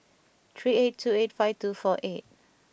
three eight two eight five two four eight